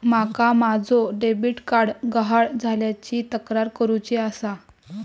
माका माझो debit card गहाळ झाल्याची तक्रार करुची आसा